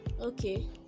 Okay